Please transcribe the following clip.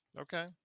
okay